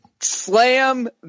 slam